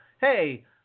hey